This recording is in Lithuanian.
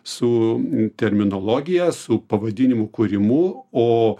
su terminologija su pavadinimų kūrimu o